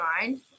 mind